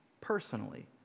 personally